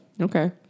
Okay